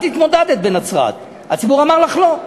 את התמודדת בנצרת, הציבור אמר לך לא.